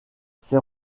ces